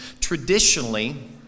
traditionally